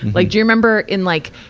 like do you remember in like,